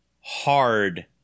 hard